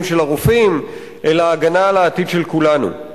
של הרופאים אלא הגנה על העתיד של כולנו.